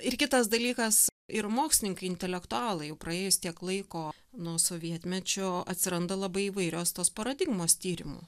ir kitas dalykas ir mokslininkai intelektualai jau praėjus tiek laiko nuo sovietmečio atsiranda labai įvairios tos paradigmos tyrimų